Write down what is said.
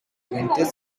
twentieth